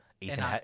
Ethan